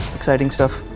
exciting stuff,